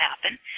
happen